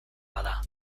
bada